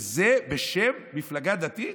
וזה בשם מפלגה דתית?